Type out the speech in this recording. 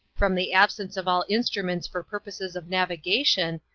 from the absence of all instruments for purposes of navigation,